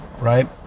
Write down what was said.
right